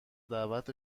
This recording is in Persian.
دعوت